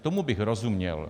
Tomu bych rozuměl.